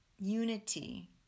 unity